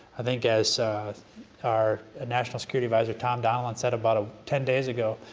i think as our national security advisor tom donilon said about ah ten days ago,